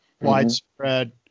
widespread